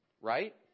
right